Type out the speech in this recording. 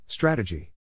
Strategy